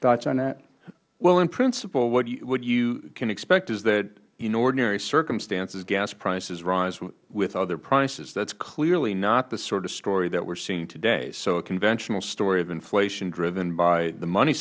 thoughts on that mister baker well in principle what you can expect is that in ordinary circumstances gas prices rise with other prices that is clearly not the sort of story that we are seeing today so a conventional story of inflation driven by the money